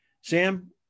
Sam